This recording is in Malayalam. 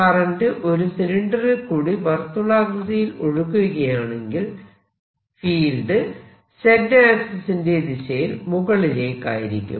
കറന്റ് ഒരു സിലിണ്ടറിൽ കൂടി വർത്തുളാകൃതിയിൽ ഒഴുകുകയാണെങ്കിൽ ഫീൽഡ് Z ആക്സിസിന്റെ ദിശയിൽ മുകളിലേക്കായിരിക്കും